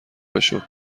بشو